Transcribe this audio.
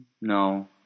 No